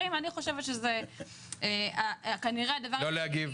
אני רוצה לקבל על הדבר הזה